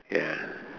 ya